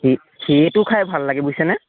সে সেইটো খাই ভাল লাগে বুইছেনে